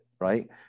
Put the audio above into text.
right